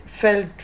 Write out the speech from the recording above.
felt